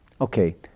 Okay